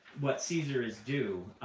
what caesar is due.